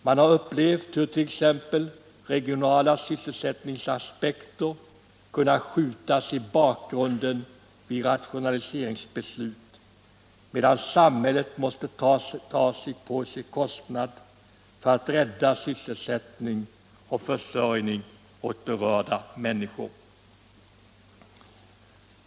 Man har upplevt hur regionala sysselsättningsaspekter skjutits i bakgrunden vid rationaliseringsbeslut, medan samhället måste ta på sig kostnaderna för att rädda sysselsättning och försörjning åt berörda människor.